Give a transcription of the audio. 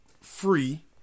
free